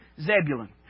Zebulun